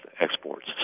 exports